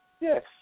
Yes